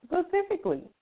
specifically